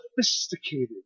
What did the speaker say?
sophisticated